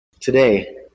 today